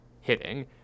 hitting